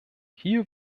hier